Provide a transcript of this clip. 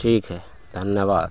ठीक है धन्यवाद